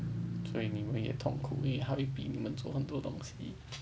所以你们也痛苦你她会比你们做很多东西